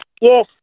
Yes